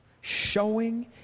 showing